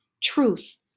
truth